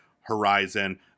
Horizon